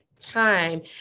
time